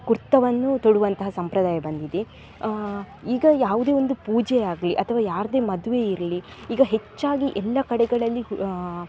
ಕುರ್ತವನ್ನು ತೊಡುವಂತಹ ಸಂಪ್ರದಾಯ ಬಂದಿದೆ ಈಗ ಯಾವುದೇ ಒಂದು ಪೂಜೆ ಆಗಲೀ ಅಥವಾ ಯಾರದ್ದೇ ಮದುವೆ ಇರಲಿ ಈಗ ಹೆಚ್ಚಾಗಿ ಎಲ್ಲ ಕಡೆಗಳಲ್ಲಿ